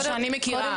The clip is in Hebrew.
מה שאני מכירה.